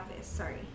sorry